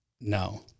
No